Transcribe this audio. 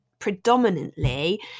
predominantly